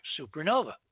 supernova